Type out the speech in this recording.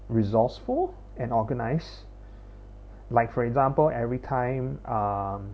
resourceful and organize like for example every time um